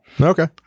Okay